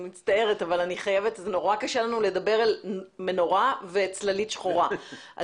אנחנו מצטרפים כמובן לעמדת משרד הפנים שלו